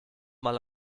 mal